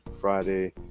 Friday